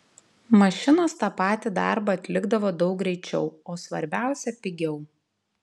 mašinos tą patį darbą atlikdavo daug greičiau o svarbiausia pigiau